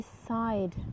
Decide